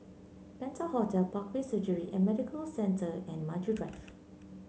Penta Hotel Parkway Surgery and Medical Centre and Maju Drive